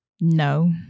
No